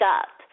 up